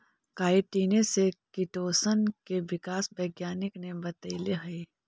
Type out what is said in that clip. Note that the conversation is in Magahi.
काईटिने से किटोशन के विकास वैज्ञानिक ने बतैले हई